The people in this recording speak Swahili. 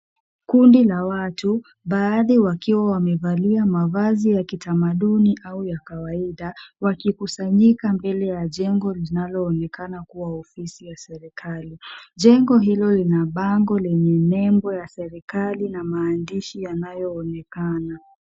Kundi la watu baadhi wakiwa wamevalia mavazi ya kitamaduni au ya kawaida wakikusanyika mbele ya jengo linaloonekana kuwa ofisi ya serikali. Jengo hilo lina bango lenye nembo ya serikali na maandishi yanayoonekana.